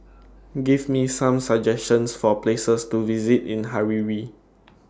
Give Me Some suggestions For Places to visit in Harare